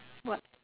what